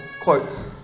quote